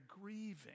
grieving